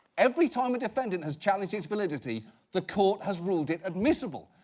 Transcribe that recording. every time a defendant has challenged its validity the court has ruled it admissible.